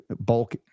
bulk